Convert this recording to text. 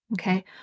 okay